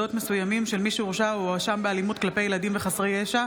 ברשות יושב-ראש הישיבה,